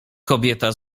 kobieta